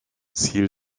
ziel